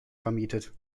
vermietet